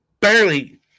barely